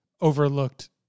overlooked